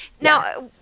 Now